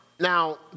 Now